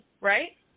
right